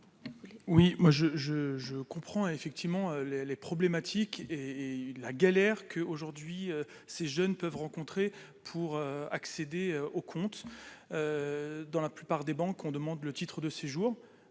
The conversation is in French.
je, je comprends effectivement les les problématiques et et la galère que aujourd'hui ces jeunes peuvent rencontrer pour accéder aux comptes dans la plupart des banques, on demande le titre de séjour,